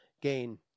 gain